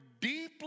deeply